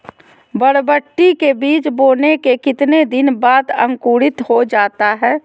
बरबटी के बीज बोने के कितने दिन बाद अंकुरित हो जाता है?